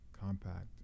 compact